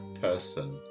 person